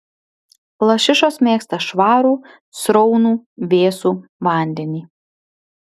lašišos mėgsta švarų sraunų vėsų vandenį